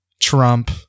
Trump